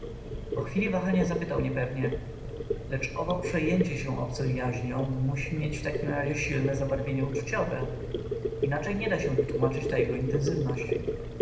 po chwili wahania zapytał niepewnie lecz owo przejęcie się obcą jaźnią musi mieć w takim razie silne zabarwienie uczuciowe inaczej nie da się wytłómaczyć ta jego intenzywność